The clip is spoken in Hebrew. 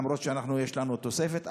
למרות שיש לנו תוספת.